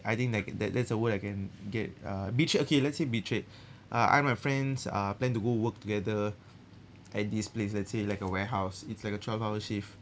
I think like that that's the word I can get uh betrayed okay let's say betrayed uh I my friends uh plan to go work together at this place let's say like a warehouse it's like a twelve hour shift